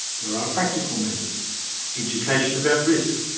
there are practical measures education about risk,